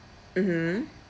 mmhmm